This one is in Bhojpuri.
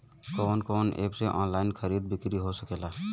कवन कवन एप से ऑनलाइन खरीद बिक्री हो सकेला?